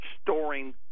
storing